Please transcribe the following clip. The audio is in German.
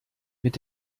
mit